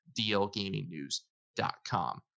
DLGamingNews.com